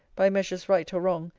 by measures right or wrong,